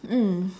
mm